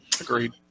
Agreed